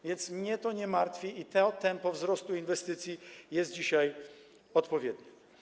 A więc mnie to nie martwi i to tempo wzrostu inwestycji jest dzisiaj odpowiednie.